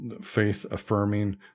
faith-affirming